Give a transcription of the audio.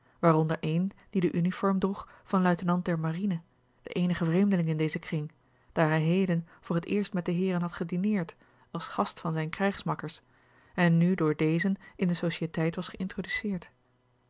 waaronder een die de uniform droeg van luitenant der marine de eenige vreemdeling in dezen kring daar hij heden voor het eerst met de heeren had gedineerd als gast van zijne krijgsmakkers en nu door dezen in de societeit was geïntroduceerd